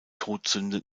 todsünde